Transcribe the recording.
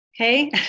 okay